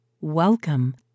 welcome